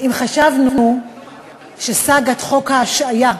אם חשבנו שסאגת חוק ההשעיה,